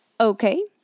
Okay